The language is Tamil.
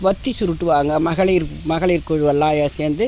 வத்தி சுருட்டுவாங்க மகளிர் மகளிர் குழு எல்லாம் சேர்ந்து